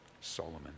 Solomon